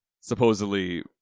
supposedly